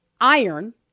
iron